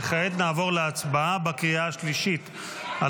וכעת נעבור להצבעה בקריאה השלישית על